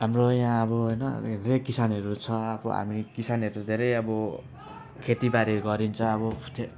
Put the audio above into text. हाम्रो यहाँ अब होइन धेरै किसानहरू छ अब हामी किसानहरू धेरै अब खेतीबारी गरिन्छ अब त्यो